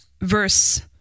verse